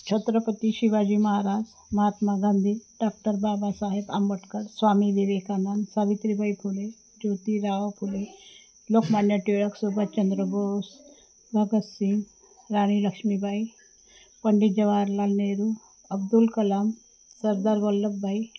Chhatrapati Shivaji Maharaj Mahatma Gandhi doctor Babasaheb Ambedkar Swami Vivekananda Savitribai Phule Jyotirao Phule Lokmanya Tilak Subhashchandra Bose Bhagat Singh Rani Lakshmibai Pandit Jawaharlal Nehru Abdul Kalam Sardar Vallabhbhai